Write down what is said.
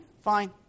fine